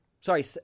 sorry